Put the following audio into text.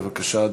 בבקשה,